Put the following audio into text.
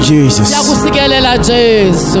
Jesus